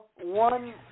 one